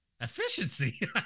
Efficiency